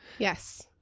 yes